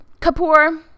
Kapoor